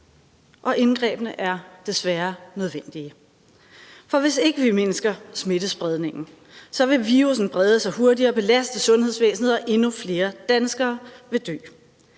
og indgrebene er desværre nødvendige. For hvis ikke vi mindsker smittespredningen, vil virussen brede sig hurtigere og belaste sundhedsvæsenet, og endnu flere danskere vil dø.